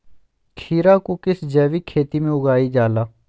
खीरा को किस जैविक खेती में उगाई जाला?